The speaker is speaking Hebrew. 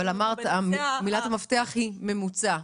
אבל מילת המפתח היא ממוצע.